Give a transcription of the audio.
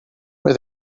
were